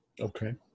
Okay